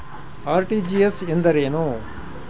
RTGS ಎಂದರೇನು?